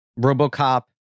RoboCop